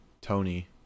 Tony